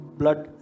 blood